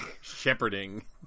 Shepherding